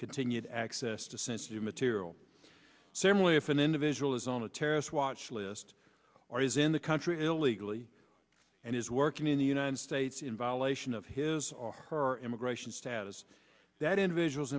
continued access to sensitive material similarly if an individual is on a terrorist watch list or is in the country illegally and is working in the united states in violation of his or her immigration status that individual